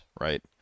right